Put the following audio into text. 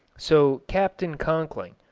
so captain conkling,